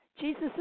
Jesus